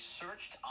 searched